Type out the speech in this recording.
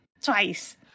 Twice